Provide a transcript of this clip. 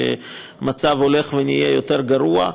והמצב הולך ונעשה יותר גרוע.